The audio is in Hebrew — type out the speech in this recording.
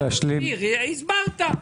הסברת.